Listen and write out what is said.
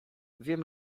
wiem